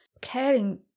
caring